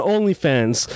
OnlyFans